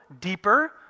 deeper